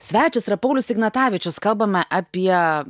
svečias yra paulius ignatavičius kalbame apie